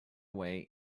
way